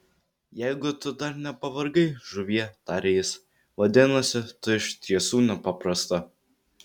jeigu tu dar nepavargai žuvie tarė jis vadinasi tu iš tiesų nepaprasta